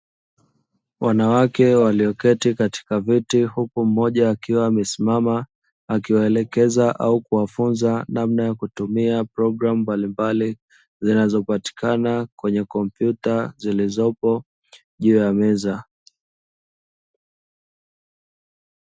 Wanawake walioketi katika viti huku mmoja, akiwa amesimama akiwaelekeza au kuwafunza namna ya kutumia programu mbalimbali, zinazopatikana kwenye kompyuta zilizopo juu ya meza.